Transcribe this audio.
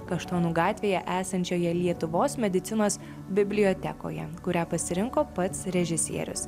kaštonų gatvėje esančioje lietuvos medicinos bibliotekoje kurią pasirinko pats režisierius